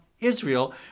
Israel